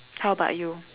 how about you